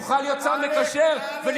תוכל להיות שר מקשר ולצרוח,